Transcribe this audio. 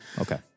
okay